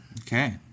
Okay